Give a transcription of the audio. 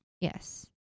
Yes